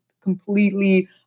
completely